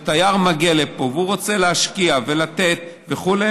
תייר שמגיע לפה והוא רוצה להשקיע ולתת וכו',